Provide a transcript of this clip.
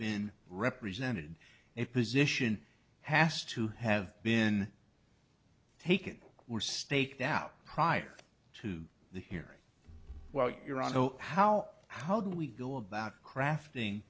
been represented in position has to have been taken were staked out prior to the hearing while you're on how how do we go about crafting